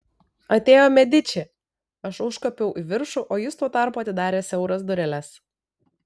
atėjo mediči aš užkopiau į viršų o jis tuo tarpu atidarė siauras dureles